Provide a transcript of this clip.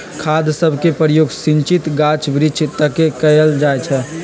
खाद सभके प्रयोग सिंचित गाछ वृक्ष तके कएल जाइ छइ